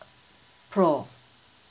pro